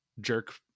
jerk